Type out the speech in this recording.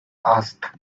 asked